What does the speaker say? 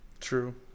true